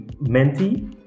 Menti